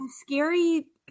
scary